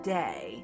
day